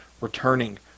returning